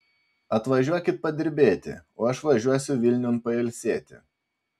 atvažiuokit padirbėti o aš važiuosiu vilniun pailsėti